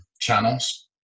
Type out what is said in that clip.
channels